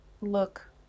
look